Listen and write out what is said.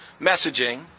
messaging